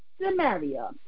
Samaria